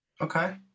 Okay